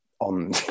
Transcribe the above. on